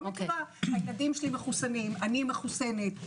הילדים שלי מחוסנים, אני מחוסנת.